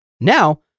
Now